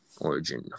origin